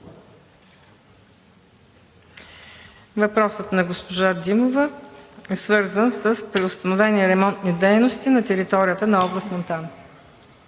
Въпросът на госпожа Димова е свързан с преустановени ремонтни дейности на територията на област Монтана.